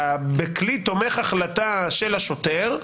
בכלי תומך החלטה של השוטר,